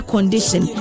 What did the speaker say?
Condition